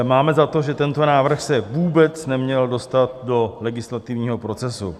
Máme za to, že tento návrh se vůbec neměl dostat do legislativního procesu.